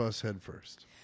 headfirst